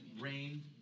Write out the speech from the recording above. Rain